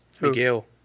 Miguel